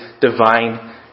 divine